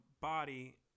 body